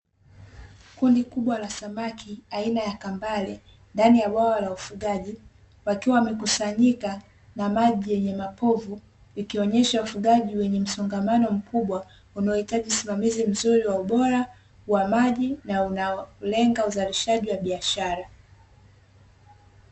Kundi kubwa la samaki aina ya Kambale ndani ya bwawa la ufugaji, wakiwa wamekusanyika na maji yenye mapovu ikionyesha ufugaji wenye msongamano mkubwa, unaohitaji usimamizi mkubwa wa ubora wa maji na unaolenga uzalishaji wa biashara.